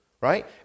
right